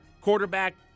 quarterback